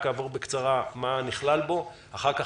אעבור בקצרה על מה שנכלל בו, אחר כך